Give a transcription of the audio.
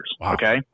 okay